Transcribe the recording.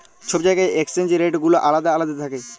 ছব জায়গার exchange rate গুলা আলেদা আলেদা থ্যাকে